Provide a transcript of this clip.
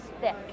thick